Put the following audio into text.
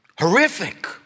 Horrific